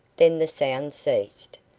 then the sound ceased,